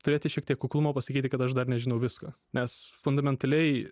turėti šiek tiek kuklumo pasakyti kad aš dar nežinau visko nes fundamentaliai